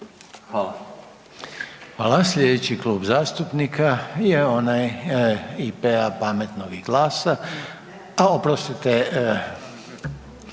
Hvala.